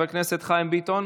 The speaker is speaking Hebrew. חבר הכנסת חיים ביטון,